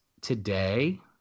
today